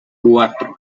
cuatro